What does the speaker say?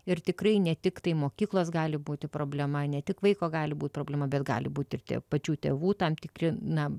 ir tikrai ne tiktai mokyklos gali būti problema ne tik vaiko gali būti problema bet gali būti ir pačių tėvų tam tikri na